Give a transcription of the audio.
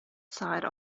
side